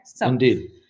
Indeed